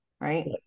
right